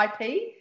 IP